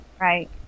Right